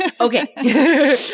Okay